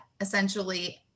essentially